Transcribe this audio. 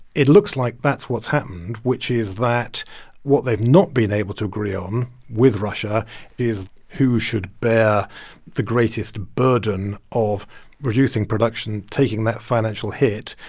it looks like that's what's happened, which is that what they've not been able to agree on with russia is who should bear the greatest burden of reducing production, taking that financial hit,